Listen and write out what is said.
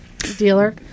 Dealer